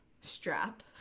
strap